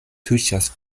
tuŝas